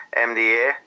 MDA